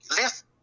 lift